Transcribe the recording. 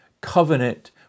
covenant